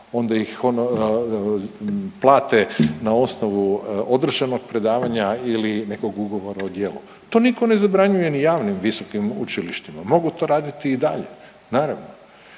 onda ih plate na osnovu određenog predavanja ili nekog ugovora o djelu. To nitko ne zabranjuje ni javim visokim učilištima. Mogu to raditi i dalje, naravno.